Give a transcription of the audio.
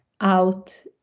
out